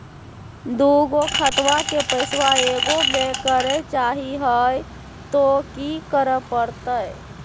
दू गो खतवा के पैसवा ए गो मे करे चाही हय तो कि करे परते?